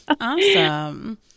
Awesome